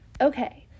Okay